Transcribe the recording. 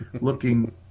looking